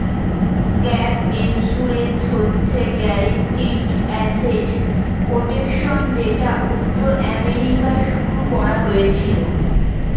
gap insurance হচ্ছে guaranteed asset protection যেটা উত্তর আমেরিকায় শুরু করা হয়েছিল